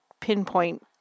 pinpoint